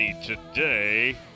Today